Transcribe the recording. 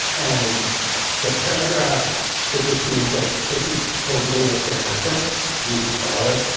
and the paragraph that just seems like this is totally what's going to happen reads as follows.